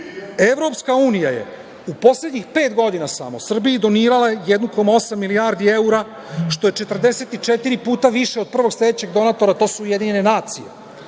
Srbije. Evropska unija je u poslednjih pet godina samo, Srbiji donirala 1,8 milijardi evra, što je 44 puta više od prvog sledećeg donatora, a to su Ujedinjene nacije.